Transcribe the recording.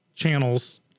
Channels